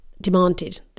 demanded